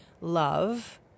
love